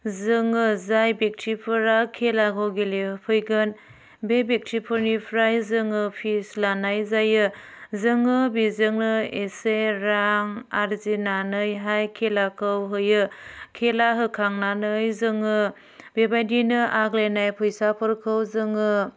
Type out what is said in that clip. जोङो जाय बेखथिफोरा खेलाखौ गेलेफैगोन बे बिखथिफोरनिफ्राय जोङो फिस लानाय जायो जोङो बेजोंनो एसे रां आरजिनानैहाय खेलाखौ होयो खेला होखांनानै जोङो बेबादिनो आग्लायनाय फैसाफोरखौ जोङो